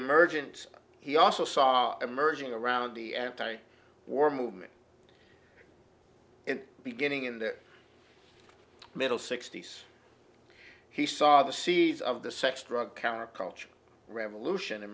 emergence he also saw emerging around the anti war movement and beginning in the middle sixty's he saw the seeds of the sex drug counterculture revolution